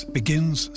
begins